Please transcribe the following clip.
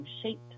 shaped